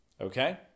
Okay